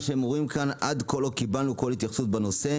אבל עד כה לא קיבל כל התייחסות בנושא,